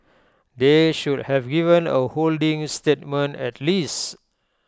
they should have given A holding statement at least